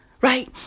right